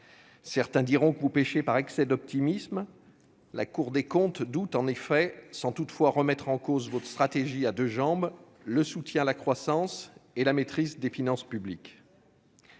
Certains diront que vous péchez par excès d'optimisme. La Cour des comptes a exprimé ses doutes, en effet, sans toutefois remettre en cause votre stratégie à deux jambes : soutien à la croissance et maîtrise des finances publiques.